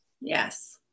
yes